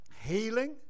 healing